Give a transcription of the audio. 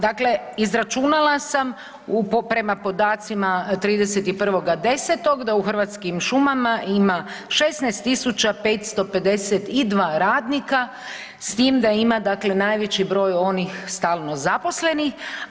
Dakle, izračunala sam prema podacima 31.10. da u Hrvatskim šumama ima 16552 radnika s tim da ima, dakle najveći broj onih stalno zaposlenih.